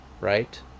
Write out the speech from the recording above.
right